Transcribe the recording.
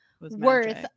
worth